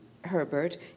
Herbert